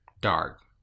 dark